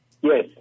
Yes